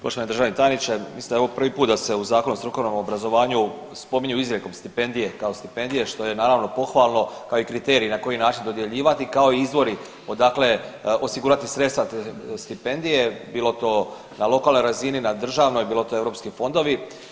Poštovani državni tajniče, mislim da je ovo prvi put da se u Zakonu o strukovnom obrazovanju spominju izrijekom stipendije kao stipendije, što je naravno, pohvalno, kao i kriteriji na koji način dodjeljivati, kao i izvori odakle osigurati sredstva te stipendije, bilo to na lokalnoj razini, na državnoj, bilo to EU fondovi.